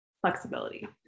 flexibility